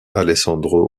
alessandro